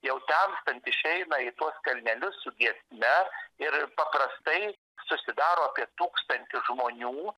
jau temstant išeina į tuos kalnelius su giesme ir paprastai susidaro apie tūkstantį žmonių